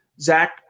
Zach